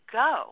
go